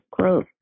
growth